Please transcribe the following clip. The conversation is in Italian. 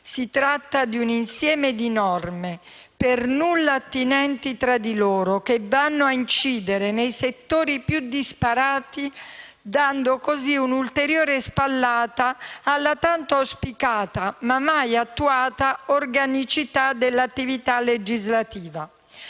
Si tratta di un insieme di norme per nulla attinenti tra di loro, che vanno a incidere nei settori più disparati, dando così un'ulteriore spallata alla tanto auspicata, ma mai attuata, organicità dell'attività legislativa.